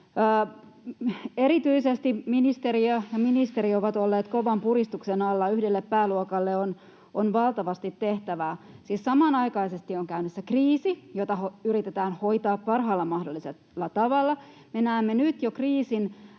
Erityisesti ministeriö ja ministeri ovat olleet kovan puristuksen alla. Yhdelle pääluokalle on valtavasti tehtävää. Siis samanaikaisesti on käynnissä kriisi, jota yritetään hoitaa parhaalla mahdollisella tavalla. Me näemme nyt jo kriisin